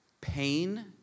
pain